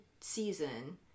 season